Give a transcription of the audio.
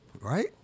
right